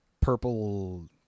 purple